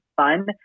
fun